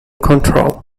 control